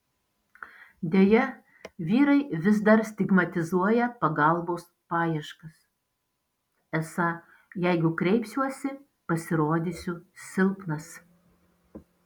deja vyrai vis dar stigmatizuoja pagalbos paieškas esą jeigu kreipsiuosi pasirodysiu silpnas